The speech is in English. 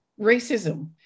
Racism